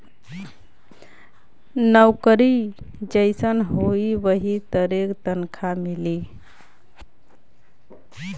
नउकरी जइसन होई वही तरे तनखा मिली